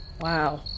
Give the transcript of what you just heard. Wow